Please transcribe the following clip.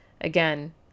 again